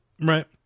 Right